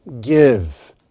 Give